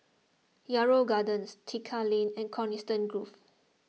Yarrow Gardens Tekka Lane and Coniston Grove